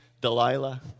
Delilah